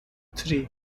three